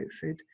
food